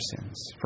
sins